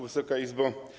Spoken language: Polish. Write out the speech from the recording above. Wysoka Izbo!